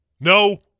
No